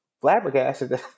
flabbergasted